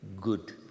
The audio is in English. good